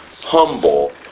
humble